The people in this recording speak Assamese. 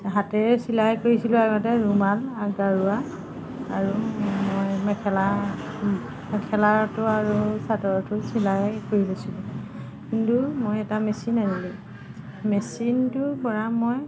হাতেৰে চিলাই কৰিছিলোঁ আগতে ৰুমাল গাৰুৱা আৰু মই মেখেলা মেখেলাটো আৰু চাদৰতো চিলাই কৰি গৈছিলোঁ কিন্তু মই এটা মেচিন আনিলোঁ মেচিনটোৰ পৰা মই